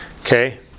Okay